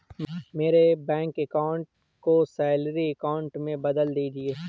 मेरे bank account को salary account में बदल दीजिए